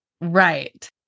right